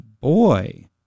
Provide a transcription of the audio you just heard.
boy